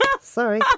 Sorry